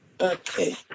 Okay